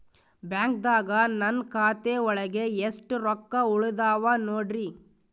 ಬ್ಯಾಂಕ್ದಾಗ ನನ್ ಖಾತೆ ಒಳಗೆ ಎಷ್ಟ್ ರೊಕ್ಕ ಉಳದಾವ ನೋಡ್ರಿ?